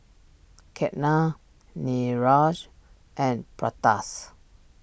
Ketna Niraj and